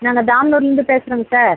நாங்கள் பெங்களூர்லேருந்து பேசுகிறோங்க சார்